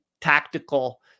tactical